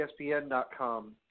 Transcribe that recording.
ESPN.com